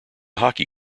hockey